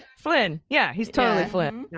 flynn. yeah, he's totally flynn.